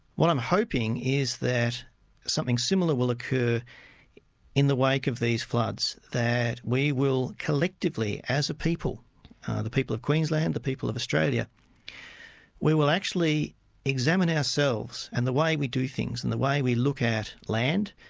what i'm hoping is that something similar will occur in the wake of these floods, that we will collectively, as a people the people of queensland, the people of australia we will actually examine ourselves, and the way we do things, and the way we look at land,